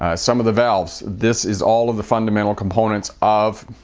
ah some of the valves this is all of the fundamental components of